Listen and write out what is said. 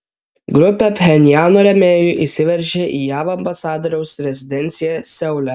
grupė pchenjano rėmėjų įsiveržė į jav ambasadoriaus rezidenciją seule